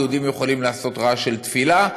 יהודים יכולים לעשות רעש של תפילה,